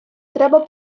треба